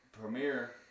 premiere